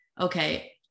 okay